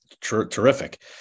terrific